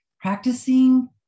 practicing